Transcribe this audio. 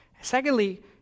Secondly